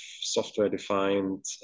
software-defined